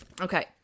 okay